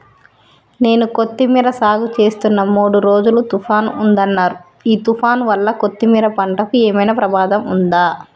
నేను కొత్తిమీర సాగుచేస్తున్న మూడు రోజులు తుఫాన్ ఉందన్నరు ఈ తుఫాన్ వల్ల కొత్తిమీర పంటకు ఏమైనా ప్రమాదం ఉందా?